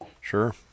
sure